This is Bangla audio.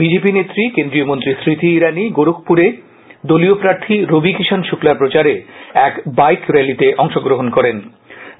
বিজেপি নেত্রীয় কেন্দ্রীয় মন্ত্রী স্মৃতি ইরানি গোরকপুরে দলীয় প্রার্থী রবি কিষান শুক্লার প্রচারে এক বাইক রেলিতে অংশগ্রহণ করেন